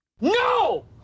NO